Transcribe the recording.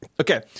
Okay